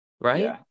right